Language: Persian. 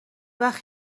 وخت